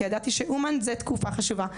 כי ידעתי שאומן זו תקופה חשובה.